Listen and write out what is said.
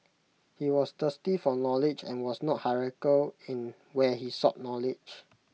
he was thirsty for knowledge and was not hierarchical in where he sought knowledge